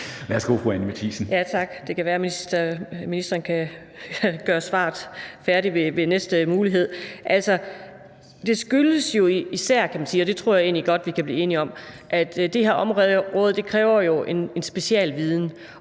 Kl. 13:05 Anni Matthiesen (V): Tak. Det kan være, at ministeren kan gøre svaret færdigt ved den næste mulighed. Altså, det skyldes jo, kan man sige, især, og det tror jeg egentlig godt vi kan blive enige om, at det her område kræver en specialviden,